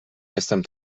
jestem